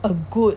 a good